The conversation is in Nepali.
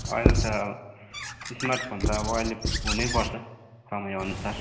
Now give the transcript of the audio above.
अहिले त अब स्मार्टफोन त अब अहिले हुनै पर्छ समयअनुसार